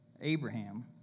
Abraham